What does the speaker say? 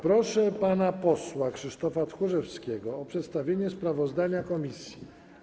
Proszę pana posła Krzysztofa Tchórzewskiego o przedstawienie sprawozdania komisji.